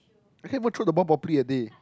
I can't even throw the ball properly leh dey